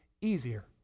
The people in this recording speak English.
easier